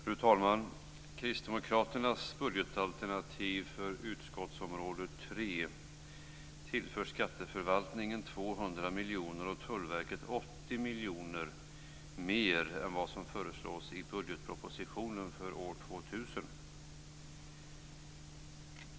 Fru talman! Kristdemokraternas budgetalternativ för utgiftsområde 3 tillför Skatteförvaltningen 200 miljoner och Tullverket 80 miljoner mer än vad som föreslås i budgetpropositionen för år 2000.